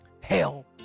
Hell